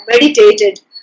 meditated